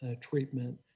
treatment